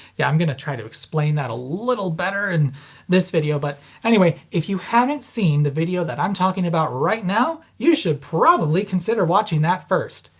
yeah, i'm gonna try to explain that a little better in this video, but anyway if you haven't seen the video that i'm talking about right now, you should probably consider watching that first.